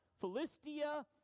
Philistia